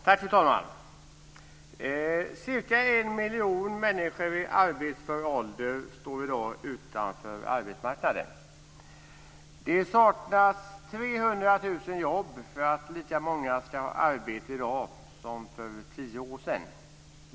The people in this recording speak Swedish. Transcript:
Fru talman! Cirka en miljon människor i arbetsför ålder står i dag utanför arbetsmarknaden. Det saknas 300 000 jobb för att lika många ska ha arbete i dag som för tio år sedan.